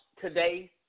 today